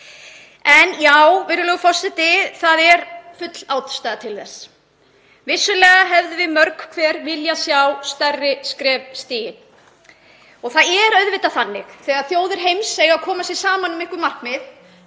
Virðulegur forseti. Já, það er full ástæða til þess. Vissulega hefðum við mörg hver viljað sjá stærri skref stigin. Það er auðvitað þannig, þegar þjóðir heims eiga að koma sér saman um einhver markmið,